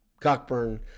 Cockburn